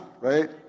right